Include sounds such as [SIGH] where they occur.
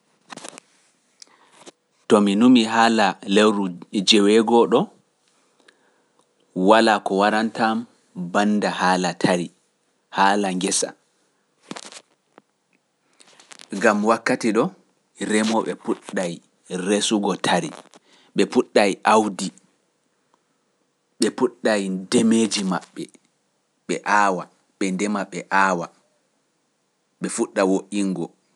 [NOISE] To mi nuumii haala lewru jeweego ɗo, walaa ko warantaa bannda haala tari, haala ngesa. Gam wakkati ɗo, remooɓe puɗɗa resugo tari, ɓe puɗɗa awdi, ɓe puɗɗa ndemeji maɓɓe, ɓe aawa, ɓe ndema, ɓe aawa, ɓe fuɗɗa woƴƴingo.